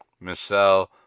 Michelle